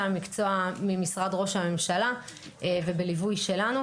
המקצוע ממשרד ראש הממשלה ובליווי שלנו,